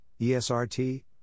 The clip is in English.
ESRT